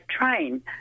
train